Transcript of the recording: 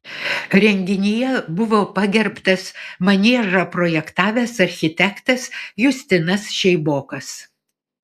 renginyje buvo pagerbtas maniežą projektavęs architektas justinas šeibokas